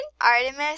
Artemis